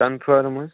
confirm حظ